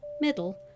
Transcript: middle